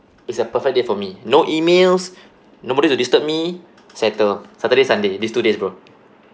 it's a perfect day for me no emails nobody to disturb me settle saturday sunday this two days bro